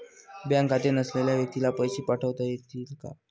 Bank खाते नसलेल्या व्यक्तीला पैसे पाठवता येतील का?